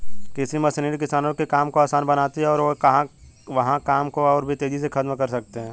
कृषि मशीनरी किसानों के काम को आसान बनाती है और वे वहां काम को और भी तेजी से खत्म कर सकते हैं